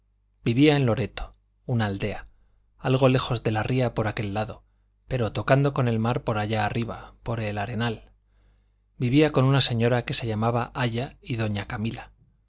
vivía en loreto una aldea algo lejos de la ría por aquel lado pero tocando con el mar por allá arriba por el arenal vivía con una señora que se llamaba aya y doña camila